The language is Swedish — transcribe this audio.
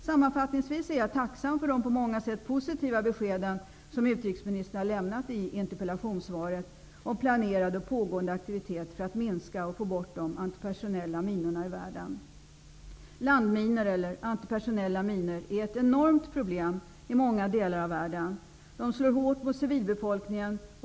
Sammanfattningsvis är jag tacksam för de på många sätt positiva besked som utrikesministern har lämnat i interpellationssvaret om planerade och pågående aktiviteter för att minska och få bort de antipersonella minorna i världen. Landminor eller antipersonella minor är ett enormt problem i många delar av världen. De slår hårt mot civilbefolkningen.